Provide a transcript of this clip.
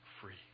free